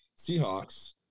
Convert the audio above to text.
Seahawks